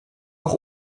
auch